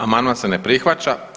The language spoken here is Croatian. Amandman se ne prihvaća.